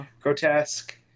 grotesque